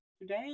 Today